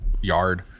yard